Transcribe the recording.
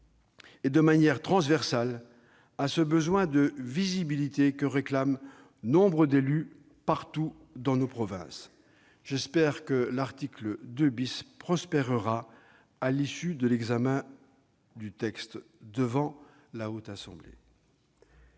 et de manière transversale, au besoin de visibilité que réclament nombre d'élus partout dans nos provinces. J'espère que l'article 2 prospérera à l'issue de l'examen du texte par la Haute Assemblée.